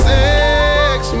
sex